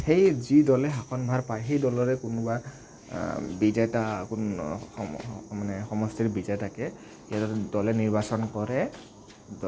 সেই যি দলে শাসনভাৰ পায় সেই দলে কোনোবা বিজেতা সমষ্টিৰ বিজেতাকে দলে নিৰ্বাচন কৰে